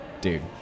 Dude